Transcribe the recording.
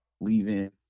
leaving